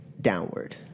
downward